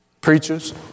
Preachers